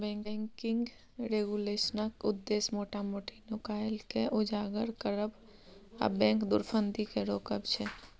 banking रेगुलेशनक उद्देश्य मोटा मोटी नुकाएल केँ उजागर करब आ बैंक धुरफंदी केँ रोकब छै